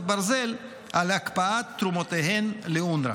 ברזל על הקפאת תרומותיהן לאונר"א.